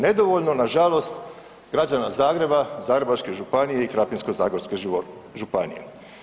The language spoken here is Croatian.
Nedovoljno na žalost građana Zagreba, Zagrebačke županije i Krapinsko-zagorske županije.